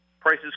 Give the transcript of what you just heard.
prices